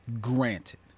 Granted